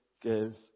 give